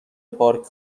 پارک